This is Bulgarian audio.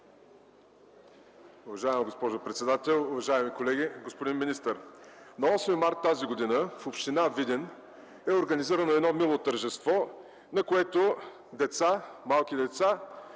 Уважаема госпожо председател, уважаеми колеги! Господин министър, на Осми март тази година в община Видин е организирано мило тържество, на което малки деца,